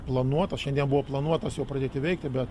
planuota šiandien buvo planuotas jau pradėti veikti bet